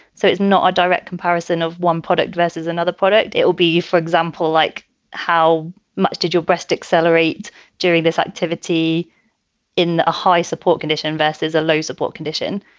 so it's not a direct comparison of one product dresses another product. it will be, for example, like how much did your breast accelerate during this activity in a high support condition vs. a low support condition?